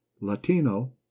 Latino